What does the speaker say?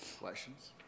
Questions